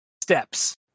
steps